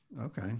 okay